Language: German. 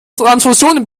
transfusionen